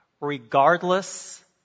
regardless